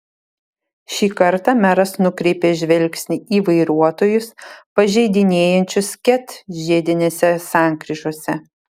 šį kartą meras nukreipė žvilgsnį į vairuotojus pažeidinėjančius ket žiedinėse sankryžose